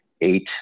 eight